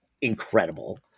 incredible